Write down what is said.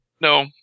No